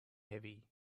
heavy